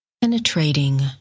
penetrating